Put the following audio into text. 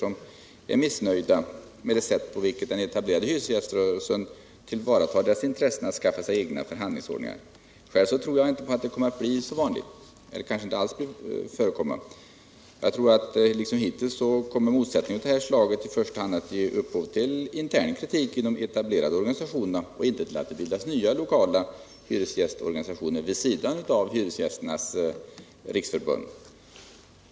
som är missnöjda med det sätt på vilket den etablerade hyresgäströrelsen tillvaratar deras intressen, att skaffa cgna förhandlingsorgan. Själv tror jag inte alls att det blir särskilt vanligt eller att det över huvud taget kommer att inträffa. Jag tror att, liksom hittills, motsättningar av detta slag kommer att ge upphov till intern kritik inom de etablerade organisationerna, inte till att det bildas nya lokala hyresgästorganisationer vid sidan av Hyresgästernas riksförbund.